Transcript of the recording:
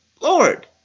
Lord